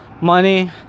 money